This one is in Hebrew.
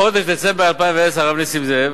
בחודש דצמבר 2010, הרב נסים זאב,